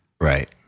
Right